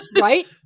Right